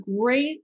great